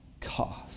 cost